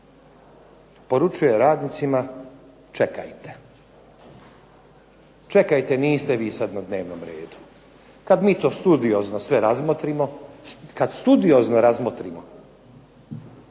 poručuje radnicima čekajte. Čekajte niste vi sad na dnevnom redu. Kad mi to sve studiozno razmotrimo